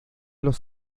los